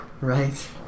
Right